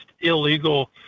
illegal